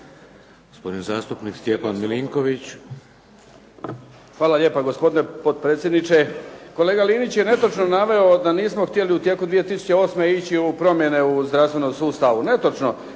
**Milinković, Stjepan (HDZ)** Hvala lijepa, gospodine potpredsjedniče. Kolega Linić je netočno naveo da nismo htjeli u tijeku 2008. ići u promjene u zdravstvenom sustavu. Netočno.